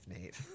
Nate